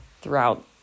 throughout